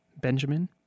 Benjamin